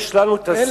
יש לנו הזכות,